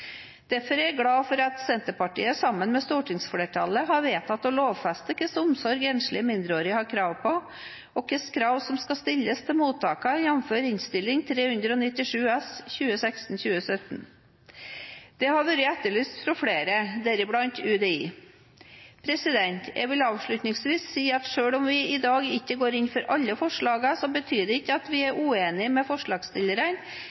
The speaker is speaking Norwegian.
Derfor er jeg glad for at Senterpartiet sammen med stortingsflertallet har vedtatt å lovfeste hva slags omsorg enslige mindreårige har krav på, og hvilke krav som skal stilles til mottakene, jf. Innst. 397 S for 2016–2017. Det har vært etterlyst fra flere, deriblant UDI. Jeg vil avslutningsvis si at selv om vi i dag ikke går inn for alle forslagene, betyr det ikke at vi